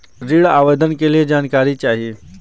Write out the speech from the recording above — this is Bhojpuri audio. ऋण आवेदन के लिए जानकारी चाही?